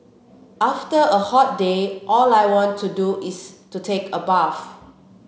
after a hot day all I want to do is to take a bath